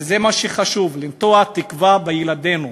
וזה מה שחשוב, לנטוע תקווה בילדינו.